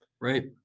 right